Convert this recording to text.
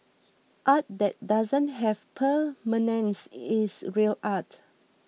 art that doesn't have permanence is real art